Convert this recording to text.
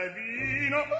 vino